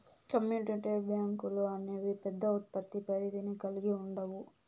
community బ్యాంకులు అనేవి పెద్ద ఉత్పత్తి పరిధిని కల్గి ఉండవు